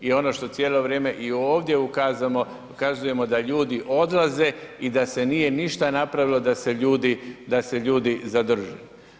I ono što cijelo vrijeme i ovdje ukazujemo da ljudi odlaze i da se nije ništa napravilo da se ljudi zadrže.